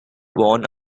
born